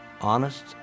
honest